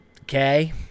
Okay